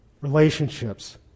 relationships